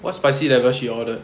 what spicy level she order